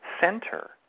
center